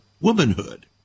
womanhood